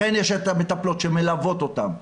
לכן יש את המטפלות שמלוות אותם,